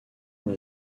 dans